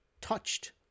touched